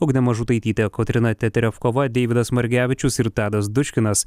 ugnė mažutaitytė kotryna teterevkova deividas margevičius ir tadas duškinas